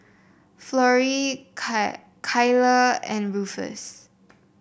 Florie Kylah and Rufus